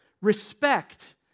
respect